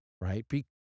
Right